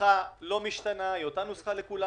הנוסחה לא משתנה, היא אותה נוסחה לכולם,